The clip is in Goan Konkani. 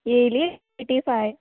येयली एटी फाय